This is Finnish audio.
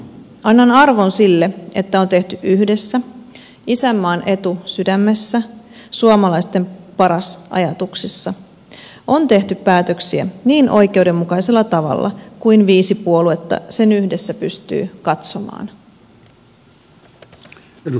annan arvon sille että on tehty yhdessä isänmaan etu sydämessä suomalaisten paras ajatuksissa päätöksiä niin oikeudenmukaisella tavalla kuin viisi puoluetta sen yhdessä pystyy katsomaan